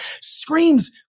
screams